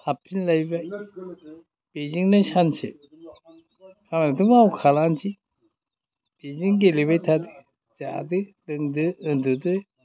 हाबफिनलायबाय बेजोंनो सानसे आंथ' मावखालानोसै बेजों गेलेबायथादो जादो लोंदो उन्दुदो